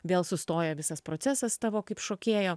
vėl sustoja visas procesas tavo kaip šokėjo